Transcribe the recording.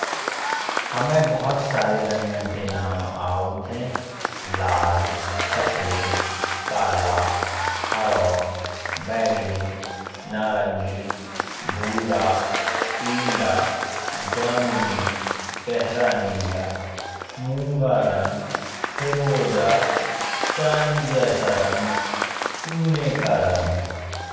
हमेँ भूत सारे रंगो के नाम आउत है। जैसे लाल, सफेद, काला, हरा, बैगनी, नारंगी, भूरा, पीला, जामुनी। गहरा नीला, मूंगा रंग, फिरोजा, चांदी जैसा रंग, चुने का रंग।